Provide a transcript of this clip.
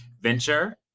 Venture